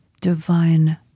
Divine